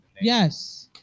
Yes